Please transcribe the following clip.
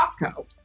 costco